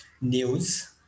news